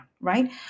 right